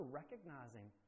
recognizing